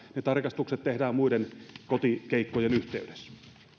ne tarkastukset tehdään muiden kotikeikkojen yhteydessä